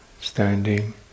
standing